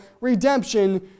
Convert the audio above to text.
redemption